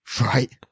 Right